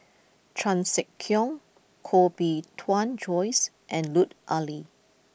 Chan Sek Keong Koh Bee Tuan Joyce and Lut Ali